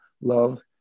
love